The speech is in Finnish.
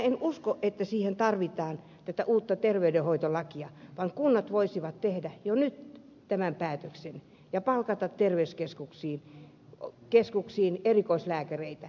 minä uskon että siihen ei tarvita tätä uutta terveydenhoitolakia vaan kunnat voisivat tehdä jo nyt tämän päätöksen ja palkata terveyskeskuksiin erikoislääkäreitä